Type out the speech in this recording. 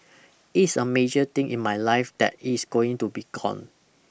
it's a major thing in my life that is going to be gone